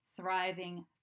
thriving